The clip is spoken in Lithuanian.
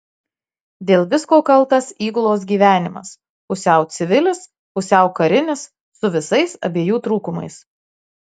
dėl visko kaltas įgulos gyvenimas pusiau civilis pusiau karinis su visais abiejų trūkumais